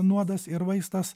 nuodas ir vaistas